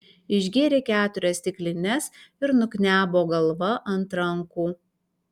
išgėrė keturias stiklines ir nuknebo galva ant rankų